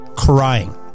crying